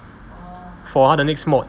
for 他的 next mod